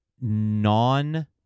non